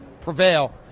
prevail